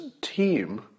team